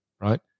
right